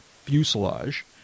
fuselage